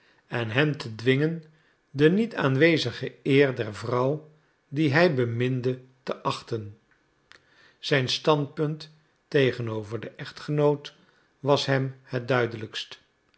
en hen te dwingen de niet aanwezige eer der vrouw die hij beminde te achten zijn standpunt tegenover den echtgenoot was hem het duidelijkst